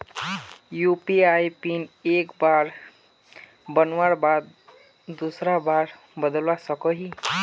UPI PIN एक बार बनवार बाद दूसरा बार बदलवा सकोहो ही?